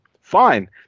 fine